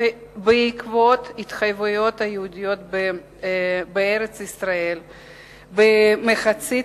בעקבות ההתיישבות היהודית בארץ-ישראל במחצית